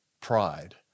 pride